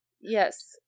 yes